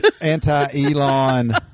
anti-Elon